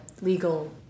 legal